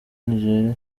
nigeria